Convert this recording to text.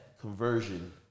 conversion